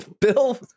Bill